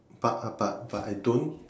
but but but I don't